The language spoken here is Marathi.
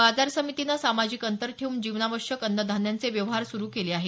बाजार समितीनं सामाजिक अंतर ठेऊन जिवनावश्यक अन्नधान्यांचे व्यवहार सुरु केले आहेत